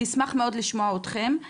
אני אשמח מאוד לשמוע אתכם.